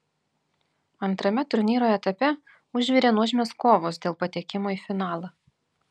antrame turnyro etape užvirė nuožmios kovos dėl patekimo į finalą